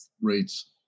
rates